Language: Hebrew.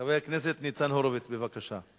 חבר הכנסת ניצן הורוביץ, בבקשה.